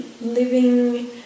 living